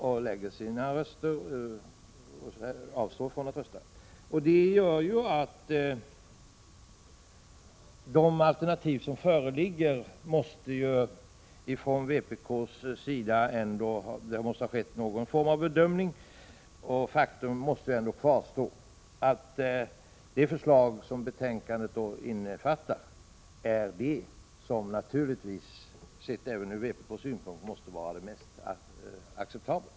Från vpk:s sida måste ändock någon form av bedömning ha skett av de alternativ som föreligger. Faktum kvarstår att det förslag som betänkandet innefattar även från vpk:s synpunkt måste vara det mest acceptabla.